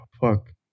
Fuck